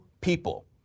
people